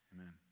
amen